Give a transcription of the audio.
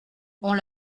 ont